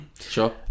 Sure